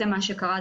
מה שקרה,